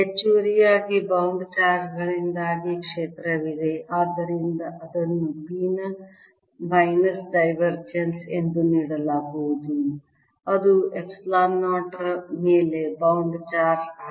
ಹೆಚ್ಚುವರಿಯಾಗಿ bound charge ಗಳಿಂದಾಗಿ ಕ್ಷೇತ್ರವಿದೆ ಆದ್ದರಿಂದ ಅದನ್ನು P ನ ಮೈನಸ್ ಡೈವರ್ಜೆನ್ಸ್ ಎಂದು ನೀಡಲಾಗುವುದು ಅದು ಎಪ್ಸಿಲಾನ್ 0 ರ ಮೇಲೆ ಬೌಂಡ್ ಚಾರ್ಜ್ ಆಗಿದೆ